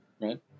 Right